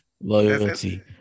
Loyalty